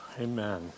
Amen